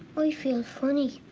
i feel funny.